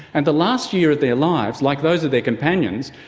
and the last year of their lives, like those of their companions,